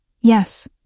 Yes